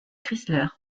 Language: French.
chrysler